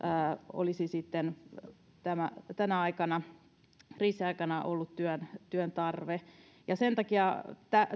olisi sitten tänä aikana kriisin aikana ollut työn työn tarve sen takia